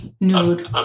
nude